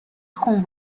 خون